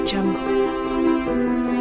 Jungle